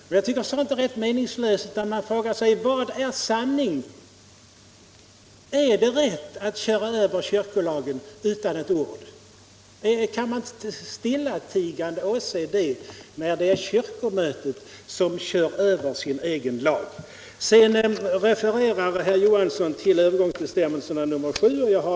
Men jag tycker sådant är rätt meningslöst. Man frågar sig vad är sanning? Är det rätt att köra över kyrkolagen utan ett ord. Skall man stillatigande åse att kyrkomötet kör över sin egen lag? Herr Johansson refererar till övergångsbestämmelse nr 7.